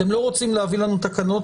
אתם לא רוצים להביא לנו תקנות,